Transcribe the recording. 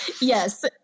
Yes